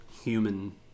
human